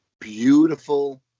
beautiful